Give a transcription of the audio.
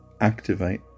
activate